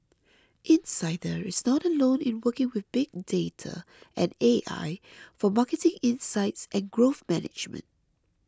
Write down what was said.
insider is not alone in working with big data and A I for marketing insights and growth management